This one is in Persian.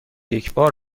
یکبار